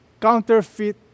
counterfeit